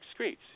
excretes